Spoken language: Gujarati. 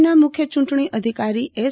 રાજયના મુખ્ય ચૂંટણી અધિકારી એસ